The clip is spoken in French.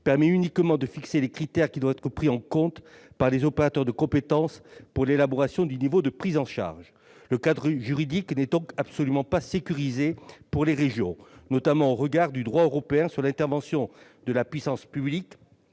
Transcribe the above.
permet uniquement de fixer les critères qui doivent être pris en compte par les opérateurs de compétences pour l'élaboration du niveau de prise en charge. Le cadre juridique n'est donc absolument pas sécurisé pour les régions, notamment au regard du droit européen sur l'intervention de la puissance publique